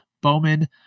Bowman